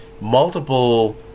multiple